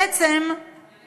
הם בעצם, המכירה.